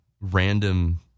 Random